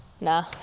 nah